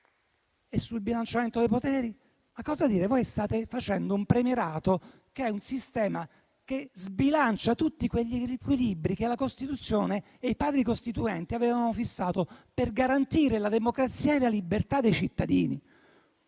Sul bilanciamento dei poteri cosa dire? Voi state facendo un premierato che è un sistema che sbilancia tutti gli equilibri che la Costituzione e i Padri costituenti avevano fissato per garantire la democrazia e la libertà dei cittadini.